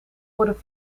worden